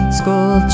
school